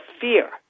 fear